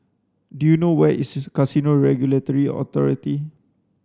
do you know where is Casino Regulatory Authority